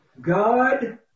God